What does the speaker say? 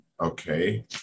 Okay